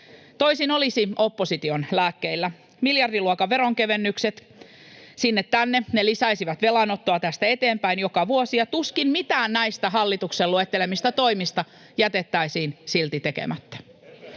Toisin olisi opposition lääkkeillä: Miljardiluokan veronkevennykset sinne tänne. Ne lisäisivät velanottoa tästä eteenpäin joka vuosi, ja tuskin mitään näistä hallituksen luettelemista toimista jätettäisiin silti tekemättä.